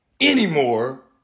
anymore